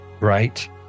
Right